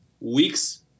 weeks